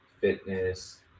fitness